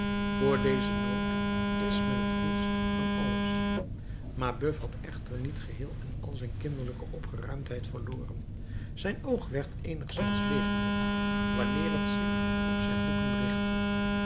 voor dezen nood is men het koelst van alles mabeuf had echter niet geheel en al zijn kinderlijke opgeruimdheid verloren zijn oog werd eenigszins levendig wanneer het zich op zijn boeken richtte